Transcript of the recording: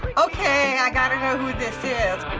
okay, i gotta know who this is.